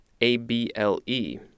A-B-L-E